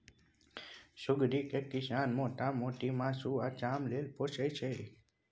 सुग्गरि केँ किसान मोटा मोटी मासु आ चाम लेल पोसय छै